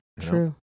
True